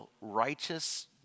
righteous